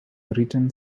written